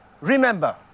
Remember